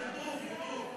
ליטוף, ליטוף.